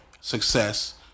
success